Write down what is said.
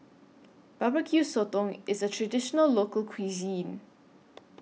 Barbecue Sotong IS A Traditional Local Cuisine